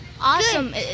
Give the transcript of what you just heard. Awesome